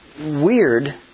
weird